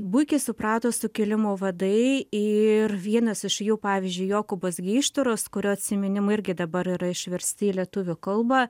puikiai suprato sukilimo vadai ir vienas iš jų pavyzdžiui jokūbas geištoras kurio atsiminimai irgi dabar yra išversti į lietuvių kalbą